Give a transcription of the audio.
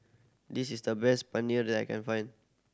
this is the best Paneer that I can find